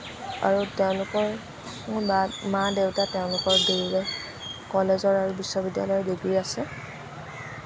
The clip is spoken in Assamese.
আৰু তেওঁলোকৰ মোৰ মা মা দেউতা তেওঁলোক দুয়োৰে কলেজৰ আৰু বিশ্ববিদ্যালয়ৰ ডিগ্ৰী আছে